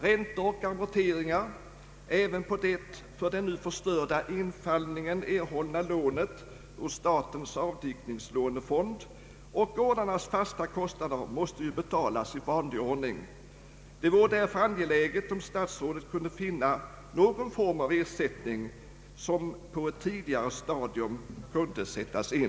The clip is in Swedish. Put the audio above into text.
Räntor och amorteringar — även på det för den nu förstörda invallningen erhållna lånet ur statens avdikningslånefond — och går darnas fasta kostnader måste ju betalas i vanlig ordning. Det vore därför angeläget att statsrådet kunde finna någon form för ersättning, som på ett tidigare stadium kunde sättas in.